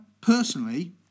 personally